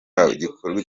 hagikorwa